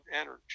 energy